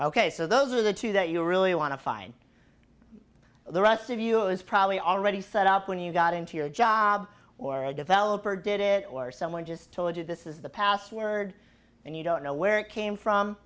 ok so those are the two that you really want to find the rest of you is probably already set up when you got into your job or a developer did it or someone just told you this is the password and you don't know where it came from